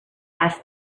asked